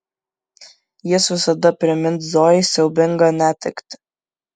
jis visada primins zojai siaubingą netektį